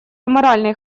аморальный